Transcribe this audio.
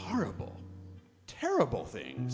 horrible terrible thing